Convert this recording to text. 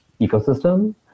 ecosystem